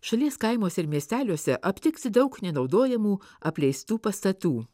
šalies kaimuose ir miesteliuose aptiksi daug nenaudojamų apleistų pastatų